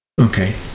Okay